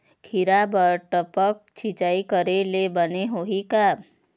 खिरा बर टपक सिचाई करे ले बने होही का?